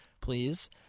please